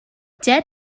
dead